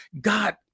God